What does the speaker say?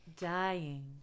dying